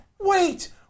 wait